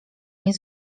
nie